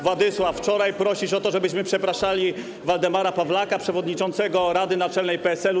Władysław, wczoraj prosisz o to, żebyśmy przepraszali Waldemara Pawlaka, przewodniczącego Rady Naczelnej PSL-u.